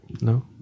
no